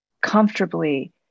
comfortably